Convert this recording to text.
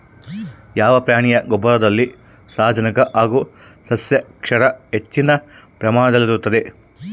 ಯಾವ ಪ್ರಾಣಿಯ ಗೊಬ್ಬರದಲ್ಲಿ ಸಾರಜನಕ ಹಾಗೂ ಸಸ್ಯಕ್ಷಾರ ಹೆಚ್ಚಿನ ಪ್ರಮಾಣದಲ್ಲಿರುತ್ತದೆ?